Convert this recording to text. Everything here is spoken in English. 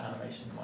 animation